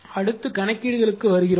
அடுத்து கணக்கீடுகளுக்கு வருகிறோம்